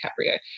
DiCaprio